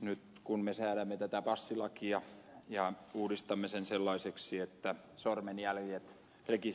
nyt kun me säädämme tätä passilakia ja uudistamme sen sellaiseksi että